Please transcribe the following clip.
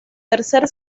tercer